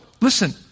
listen